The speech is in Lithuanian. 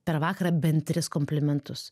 per vakarą bent tris komplimentus